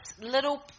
little